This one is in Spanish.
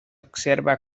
observa